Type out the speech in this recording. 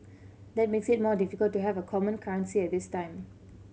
that makes it more difficult to have a common currency at this time